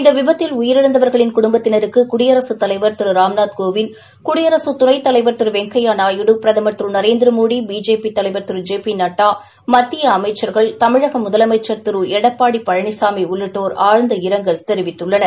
இந்த விபத்தில் உயிரிழந்தவர்களின் குடும்பத்தினருக்கு குடியரசுத் தலைவர் திரு ராம்நாத் கோவிந்த் துணை குடியரசுத் தலைவர் திரு வெங்கையா நாயுடு பிரதமா் திரு நரேந்திரமோடி பிஜேபி தலைவர் திரு ஜெ பி நட்டா மத்திய அமைச்ச்கள் தமிழக முதலமைச்ச் திரு எடப்பாடி பழனிசாமி உள்ளிட்டோர் ஆழ்ந்த இரங்கல் தெரிவித்துள்ளனர்